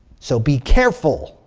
so be careful.